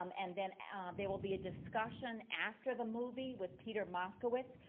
um and then ah there will be a discussion after the movie with peter moskowitz,